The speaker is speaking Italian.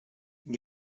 gli